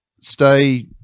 stay